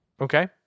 Okay